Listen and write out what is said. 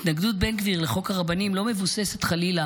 התנגדות בן גביר לחוק הרבנים לא מבוססת חלילה